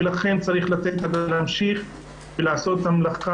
ולכן צריך לתת ולהמשיך לעשות את המלאכה